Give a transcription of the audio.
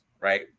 right